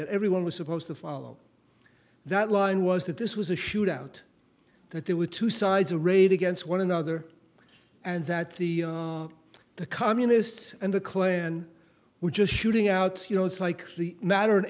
that everyone was supposed to follow that line was that this was a shoot out that there were two sides arrayed against one another and that the the communists and the klan were just shooting out you know it's like